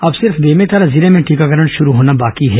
अब सिर्फ बेमेतरा जिले में टीकाकरण शुरू होना बाकी है